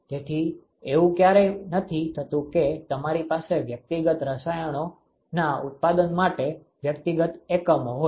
તેથી એવું ક્યારેય નથી થતું કે તમારી પાસે વ્યક્તિગત રસાયણોના ઉત્પાદન માટે વ્યક્તિગત એકમો હોય